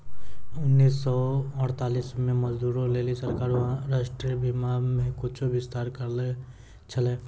उन्नीस सौ अड़तालीस मे मजदूरो लेली सरकारें राष्ट्रीय बीमा मे कुछु विस्तार करने छलै